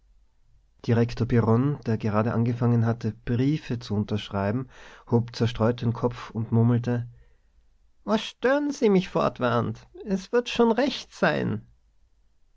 der gerade angefangen hatte briefe zu unterschreiben hob zerstreut den kopf und murmelte was stören se mich fortwährend es wird schon recht sein